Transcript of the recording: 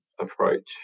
approach